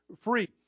free